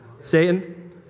Satan